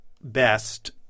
best